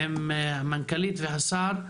עם המנכ"לית והשר,